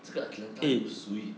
这个 atlanta 有谁